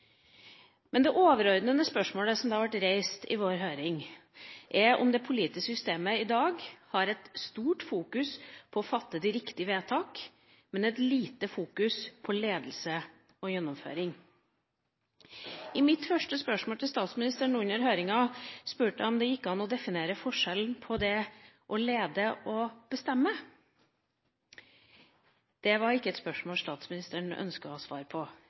Det overordnede spørsmålet som ble reist i vår høring, var om det politiske systemet i dag har et stort fokus på å fatte de riktige vedtak, men et lite fokus på ledelse og gjennomføring. I mitt første spørsmål til statsministeren under høringen spurte jeg om det gikk an å definere forskjellen på å lede og bestemme. Det var ikke et spørsmål statsministeren ønsket å svare på.